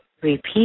repeat